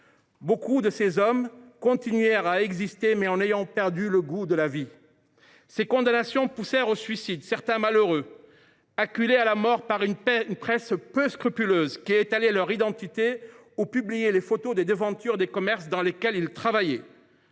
Nombre de ces hommes continuèrent à exister en ayant perdu le goût de la vie. Ces condamnations poussèrent au suicide certains malheureux, acculés à la mort par une presse peu scrupuleuse qui étalait leur identité ou publiait les photos des devantures des commerces dans lesquels ils travaillaient.